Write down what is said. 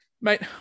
Mate